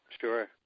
Sure